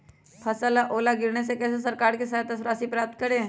फसल का ओला गिरने से कैसे सरकार से सहायता राशि प्राप्त करें?